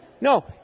No